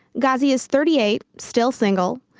ghazi is thirty eight, still single.